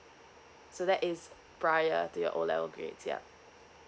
so that is prior to your O level grades yup